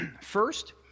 First